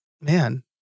man